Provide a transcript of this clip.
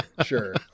Sure